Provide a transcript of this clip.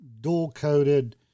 dual-coated